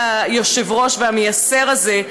המייסר הזה,